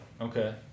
okay